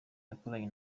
yakoranye